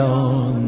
on